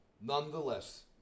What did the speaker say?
Nonetheless